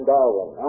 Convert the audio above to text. Darwin